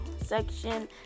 section